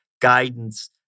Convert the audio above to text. guidance